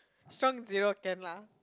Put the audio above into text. strong zero can lah